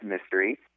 Mystery